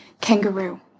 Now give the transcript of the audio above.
Kangaroo